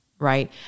right